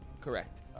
Correct